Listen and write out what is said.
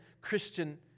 Christian